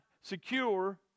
secure